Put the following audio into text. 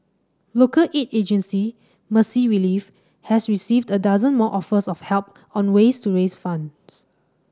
local aid agency Mercy Relief has received a dozen more offers of help on ways to raise funds